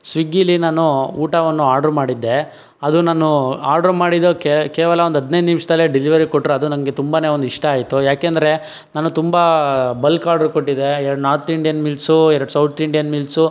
ಸ್ವಿಗ್ಗಿಲ್ಲಿ ನಾನು ಊಟವನ್ನು ಆರ್ಡ್ರು ಮಾಡಿದ್ದೆ ಅದು ನಾನು ಆರ್ಡ್ರು ಮಾಡಿದ ಕೇವಲ ಒಂದು ಹದಿನೈದು ನಿಮಿಷದಲ್ಲೆ ಡಿಲಿವರಿ ಕೊಟ್ರು ಅದು ನಂಗೆ ತುಂಬನೇ ಒಂದು ಇಷ್ಟ ಆಯಿತು ಯಾಕೆಂದ್ರೆ ನಾನು ತುಂಬ ಬಲ್ಕ್ ಆರ್ಡ್ರು ಕೊಟ್ಟಿದ್ದೆ ಎರ್ಡು ನಾರ್ತ್ ಇಂಡಿಯನ್ ಮೀಲ್ಸು ಎರ್ಡು ಸೌತ್ ಇಂಡಿಯನ್ ಮೀಲ್ಸು